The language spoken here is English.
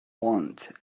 want